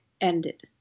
ended